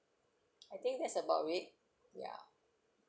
I think that's about it ya